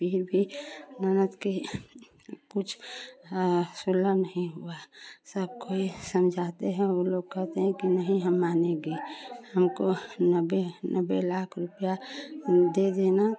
फिर भी ननद के कुछ आ सुलह नहीं हुआ है सब कोई समझाते हैं वो लोग कहते हैं कि नहीं हम मानेंगे हमको नब्बे नब्बे लाख रुपया दे देना